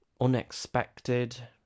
unexpected